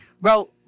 bro